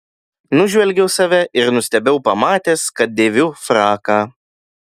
nužvelgiau save ir nustebau pamatęs kad dėviu fraką